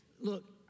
look